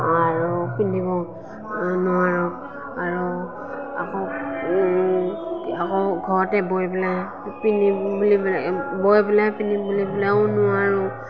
আৰু পিন্ধিব নোৱাৰোঁ আৰু আকৌ আকৌ ঘৰতে বৈ পেলাই পিন্ধিম বৈ পেলাই পিন্ধিম বুলি পেলায়ো নোৱাৰোঁ